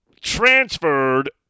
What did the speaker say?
transferred